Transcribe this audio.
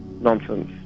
nonsense